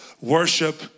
worship